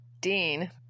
Dean